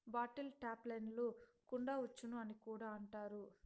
bottle ట్రాప్లను కుండ ఉచ్చులు అని కూడా అంటారు